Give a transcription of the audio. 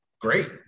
great